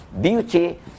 Beauty